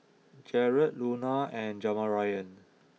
Jarad Luna and Jamarion